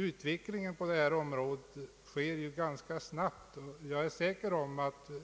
Utvecklingen på detta område sker ganska snabbt, och jag är säker på att vi